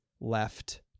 left